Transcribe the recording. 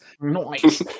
Nice